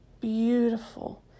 beautiful